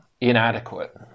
inadequate